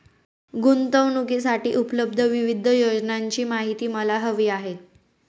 गुंतवणूकीसाठी उपलब्ध विविध योजनांची माहिती मला हवी आहे